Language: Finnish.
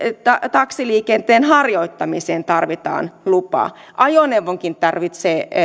taksiliikenteen harjoittamiseen tarvitaan lupa ajoneuvonkin tarvitsee